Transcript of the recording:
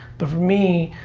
but for me,